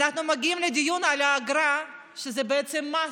אנחנו מגיעים לדיון על האגרה, שזה בעצם מס.